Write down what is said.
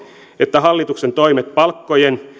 että hallituksen toimet palkkojen